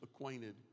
acquainted